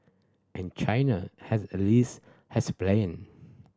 and China has a least has a plan